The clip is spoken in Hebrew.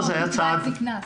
קצבת זיקנה.